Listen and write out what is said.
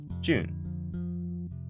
June